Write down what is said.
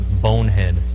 Bonehead